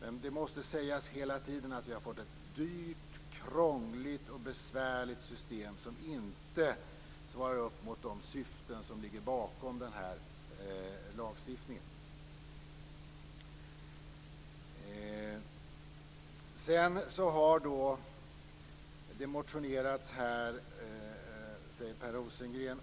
Men det måste sägas hela tiden: Vi har fått ett dyrt, krångligt och besvärligt system som inte svarar mot de syften som ligger bakom lagstiftningen. Som Per Rosengren säger har det motionerats